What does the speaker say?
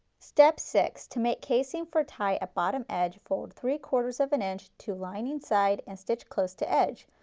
step six to make casing for tie a bottom edge, fold three quarters of an inch to line inside and stitch close to edge.